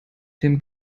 dem